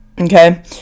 okay